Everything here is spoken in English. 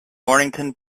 mornington